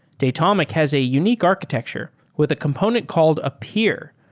datomic has a unique architecture with a component called a peer,